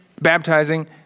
baptizing